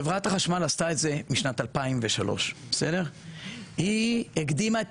חברת החשמל עשתה את זה משנת 2003 היא הקדימה את